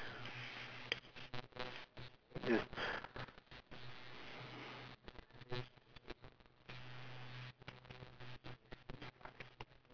yes